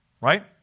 Right